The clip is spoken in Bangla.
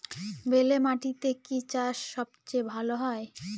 বেলে মাটিতে কি চাষ সবচেয়ে ভালো হয়?